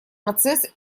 процесс